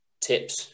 tips